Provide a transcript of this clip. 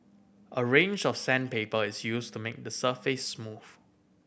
a range of sandpaper is used to make the surface smooth